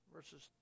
Verses